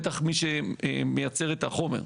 בטח מי שמייצר את החומר.